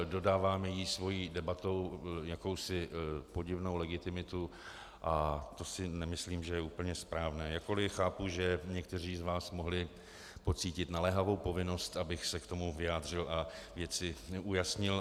Dodáváme jí svou debatou jakousi podivnou legitimitu a to si nemyslím, že je úplně správné, jakkoli chápu, že někteří z vás mohli pocítit naléhavou povinnost, abych se k tomu vyjádřil a věci ujasnil.